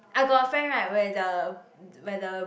I got a friend right where the where the